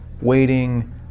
waiting